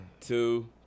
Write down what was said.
two